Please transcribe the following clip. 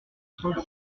trente